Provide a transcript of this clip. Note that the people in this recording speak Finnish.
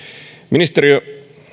ministeriö